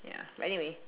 ya but anyway